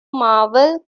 marvel